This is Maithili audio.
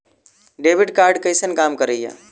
डेबिट कार्ड कैसन काम करेया?